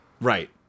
Right